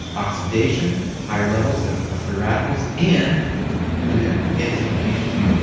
oxidation, higher levels of ah free radicals and who knew inflammation.